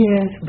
Yes